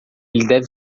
deve